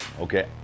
okay